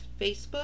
Facebook